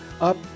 up